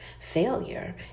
Failure